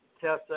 Tessa